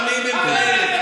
תן לנו עכשיו.